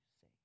say